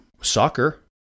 Soccer